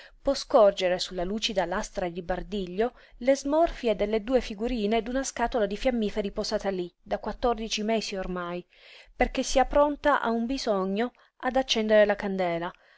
può scorgere su la lucida lastra di bardiglio le smorfie delle due figurine d'una scatola di fiammiferi posata lí da quattordici mesi ormai perché sia pronta a un bisogno ad accendere la candela